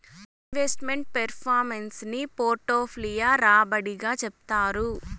invest meant performance ని portfolio రాబడి గా చెప్తారు